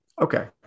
Okay